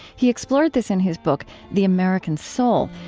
he explored this in his book the american soul,